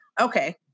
okay